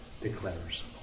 declares